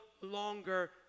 longer